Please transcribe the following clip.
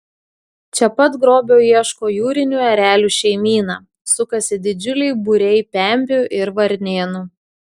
čia pat grobio ieško jūrinių erelių šeimyna sukasi didžiuliai būriai pempių ir varnėnų